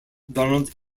donald